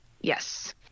Yes